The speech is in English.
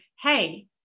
hey